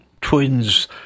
Twins